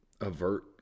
avert